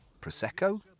Prosecco